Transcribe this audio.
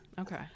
okay